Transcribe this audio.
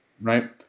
right